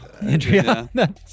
Andrea